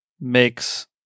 makes